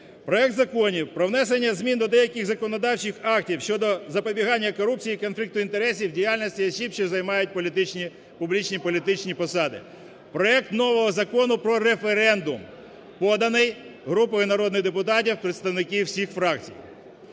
проект законів про внесення змін до деяких законодавчих актів щодо запобігання корупції і конфлікту інтересів діяльності осіб, що займають публічні політичні посади, проект нового Закону про референдум поданий групою народних депутатів представників всіх фракцій.